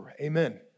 amen